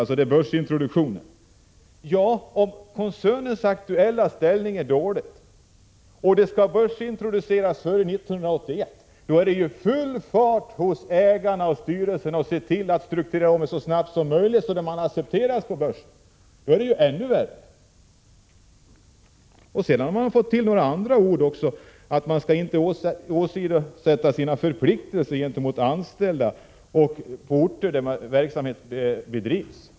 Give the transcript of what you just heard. Men om koncernens aktuella ställning är dålig och den skall börsintroduceras före 1991, då är aktieägarna och styrelsen i full fart med att strukturera om så snabbt som möjligt så att man accepteras på börsen, och då är det ju ännu värre. Sedan har man fått till några andra ord också om att SSAB inte skall få ”åsidosätta sina förpliktelser gentemot anställda eller de orter där verksamheten bedrivs”.